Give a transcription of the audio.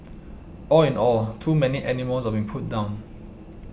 all in all too many animals are being put down